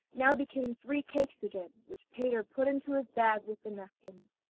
now became three cakes again, which peter put into his bag with the napkins.